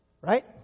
right